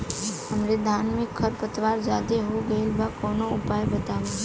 हमरे धान में खर पतवार ज्यादे हो गइल बा कवनो उपाय बतावा?